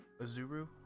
Azuru